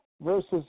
versus